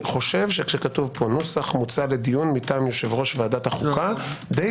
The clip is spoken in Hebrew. כשכתוב נוסח מוצע לדיון מטעם יושב-ראש ועדת החוקה די